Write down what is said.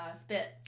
spit